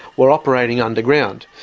were operating underground.